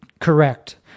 correct